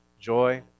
joy